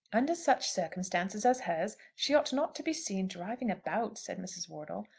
under such circumstances as hers she ought not to be seen driving about, said mrs. wortle.